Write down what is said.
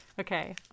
Okay